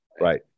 Right